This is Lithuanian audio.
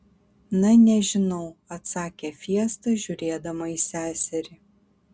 na nežinau atsakė fiesta žiūrėdama į seserį